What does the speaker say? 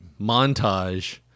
montage